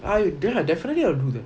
I'll ya definitely I will do that